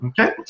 Okay